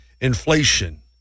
inflation